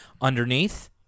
underneath